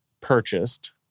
purchased